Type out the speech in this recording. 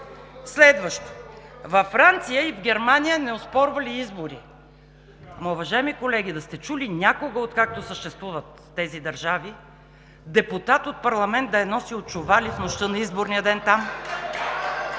Следващо, във Франция и в Германия не оспорвали изборите. Уважаеми колеги, да сте чули някога, откакто съществуват тези държави, депутат от парламента да е носил чували в нощта на изборния ден, за